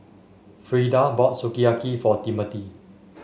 Freeda bought Sukiyaki for Timmothy